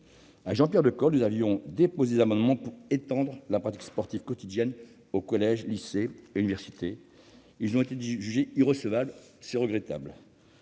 Jean-Pierre Decool et moi-même avions déposé des amendements pour étendre la pratique sportive quotidienne aux collèges, lycées et universités. Ces amendements ont été déclarés irrecevables, c'est regrettable.